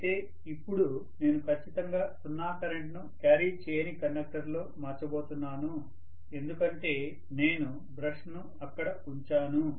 అయితే ఇప్పుడు నేను ఖచ్చితంగా సున్నా కరెంట్ను క్యారీ చేయని కండక్టర్లలో మార్చబోతున్నాను ఎందుకంటే నేను అక్కడ బ్రష్ ను ఉంచాను